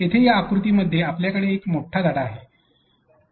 येथे या आकृती मध्ये आपल्याकडे एक मोठा धडा आहे आहे